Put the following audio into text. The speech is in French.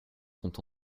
sont